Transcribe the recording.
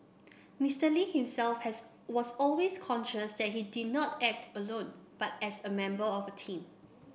Mister Lee himself has was always conscious that he did not act alone but as a member of a team